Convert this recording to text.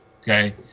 Okay